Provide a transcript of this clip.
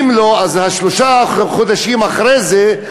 אם לא, שלושה חודשים אחרי זה,